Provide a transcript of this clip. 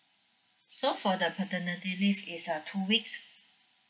so for the paternity leave is err two weeks